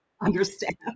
understand